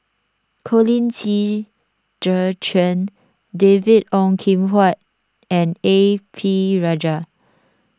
Colin Qi Zhe Quan David Ong Kim Huat and A P Rajah